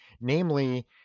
namely